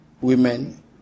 women